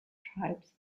tribes